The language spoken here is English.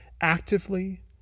actively